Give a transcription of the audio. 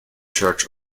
church